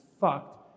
fucked